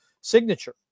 signature